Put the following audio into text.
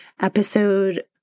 episode